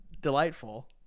delightful